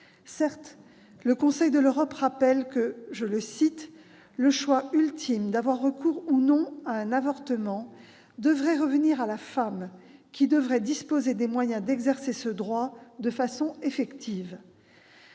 Certes, le Conseil de l'Europe rappelle que « le choix ultime d'avoir recours ou non à un avortement devrait revenir à la femme, qui devrait disposer des moyens d'exercer ce droit de manière effective.